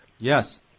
Yes